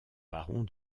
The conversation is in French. barons